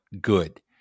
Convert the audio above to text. good